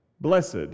Blessed